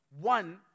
One